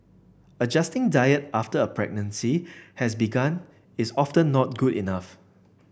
adjusting diet after a pregnancy has begun is often not good enough